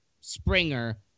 Springer